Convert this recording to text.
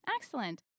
Excellent